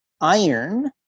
iron